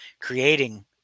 creating